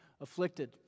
afflicted